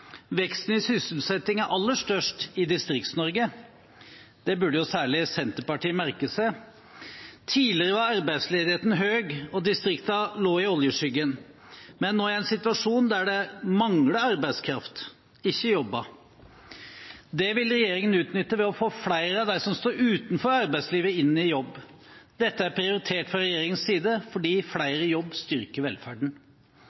Veksten i sysselsetting er aller størst i Distrikts-Norge. Det burde særlig Senterpartiet merke seg. Tidligere var arbeidsledigheten høy, og distriktene lå i oljeskyggen. Vi er nå i en situasjon der det mangler arbeidskraft, ikke jobber. Det vil regjeringen utnytte ved å få flere av dem som står utenfor arbeidslivet, inn i jobb. Dette er prioritert fra regjeringens side, fordi